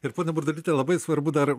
ir ponia burdulyte labai svarbu dar